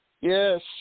Yes